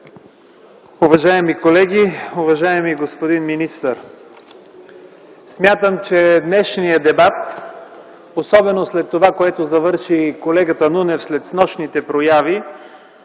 уважаеми колеги, уважаеми господин министър! Смятам, че днешният дебат, особено след това, с което завърши колегата Нунев, след снощните прояви,